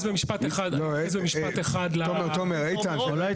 תומר, אולי